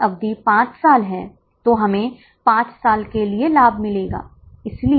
अबयह देखते हैं कि हमसे पूछा क्या गया है